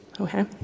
Okay